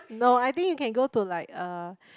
no I think you can go to like a